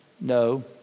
no